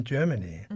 Germany